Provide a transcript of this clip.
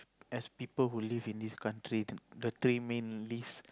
as people who live in this country the the three main least